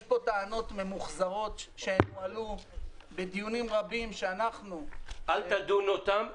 יש פה טענות ממוחזרות שהועלו בדיונים רבים -- אל תדון אותם.